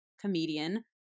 comedian